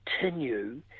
continue